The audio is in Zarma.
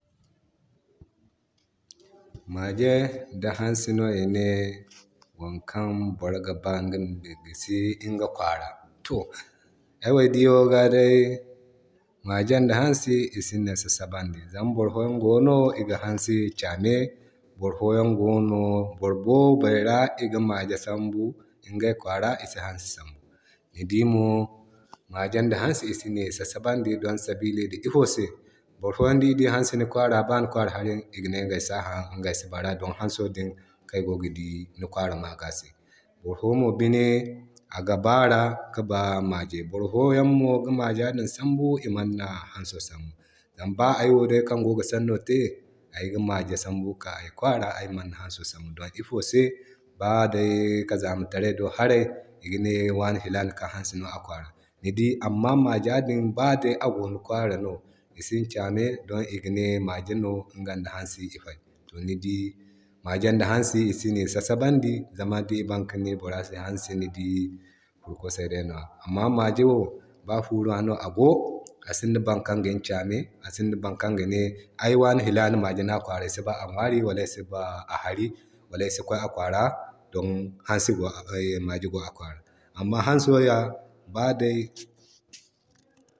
Mage ŋda hansi no ine wokan no boro ga ba iŋga ma gisi iŋga kwara. To ay wo diiyaŋo ra magen da hansi isini sasabandi, zama boro foyaŋ gono iga hansi kyame. Boro foyan gono boro boobo ra iga mage sambu isi hansi sambu. Ni dii boro foyanmo magen ŋda hasi isini sasabu don sabili da ifo se, boro foyaŋ di dii hansi ni kwara ba hari igane iŋgay sa haan igaysi baara din hanso kan igogi di ni kwara maga din se. Boro foyan mo binde aga bara ki baa mage. Boro foyaŋ mo iga mage sambu imanna hanso din sambu. Zama ba ay wo kan gogi sanno te ayga mage sambu kika ay kwara aymana hanso sambu don ifo se baday kazamatarey do haray iga ne wane filana kan hansi no a kwara. Ni dii amma mage din baday ago no kwara no isin kyame don igane mage no iŋgandi hansi i fay. To ni dii magen di hansi isini sasabandi zama dii baŋ kan ne bora se hansi ni dii ina kwasay day nwa. Amma mage wo baday fu ra no ago asinda boro kan gin kyame asinda boro kan gine ay wane filana mage no a kwara ay si ba a ŋwari, ay si ba a hari wala asi kway a kwara don mage go a Kwara. Amma hansi ya baday.